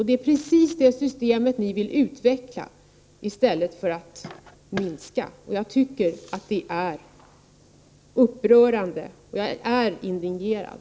Det är precis det systemet ni vill utveckla här i landet, i stället för att minska på det. Jag tycker att detta är upprörande, och jag är indignerad.